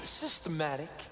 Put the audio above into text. systematic